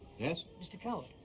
yes? mister coward. aye.